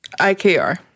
IKR